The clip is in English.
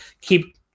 keep